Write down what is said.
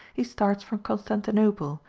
he starts for constantinople,